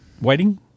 Waiting